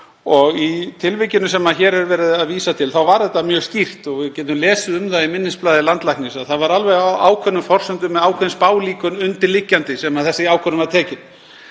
Í tilvikinu sem hér er verið að vísa til var þetta mjög skýrt. Við getum lesið um það í minnisblaði landlæknis að það var á ákveðnum forsendum, með ákveðin spálíkön undirliggjandi, sem þessi ákvörðun var tekin.